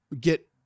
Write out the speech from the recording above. get